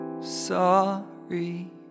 sorry